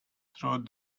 through